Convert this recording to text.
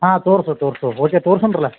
ಹಾಂ ತೋರ್ಸು ತೋರ್ಸು ಹೋಕೆ ತೋರ್ಸಂದ್ರಲ್ಲಾ